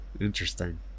Interesting